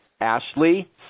Ashley